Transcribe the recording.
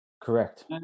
Correct